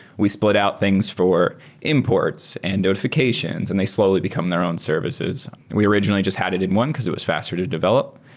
we split out things for imports, and notifi cations, and they slowly become their own services. we originally just had it it one because it was faster to develop.